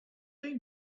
they